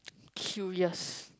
curious